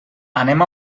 anem